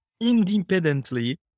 independently